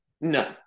no